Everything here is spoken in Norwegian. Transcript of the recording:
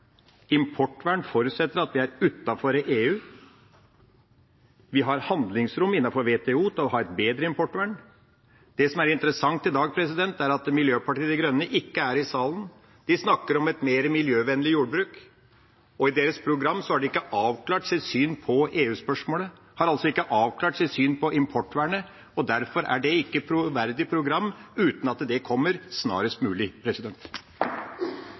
Importvern forutsetter at vi er utenfor EU. Vi har handlingsrom innenfor WTO til å ha et bedre importvern. Det som er interessant i dag, er at Miljøpartiet De Grønne ikke er i salen. De snakker om et mer miljøvennlig jordbruk. I sitt program har de ikke avklart sitt syn på EU-spørsmålet. De har altså ikke avklart sitt syn på importvernet, og derfor er det ikke et troverdig program uten at det kommer snarest mulig.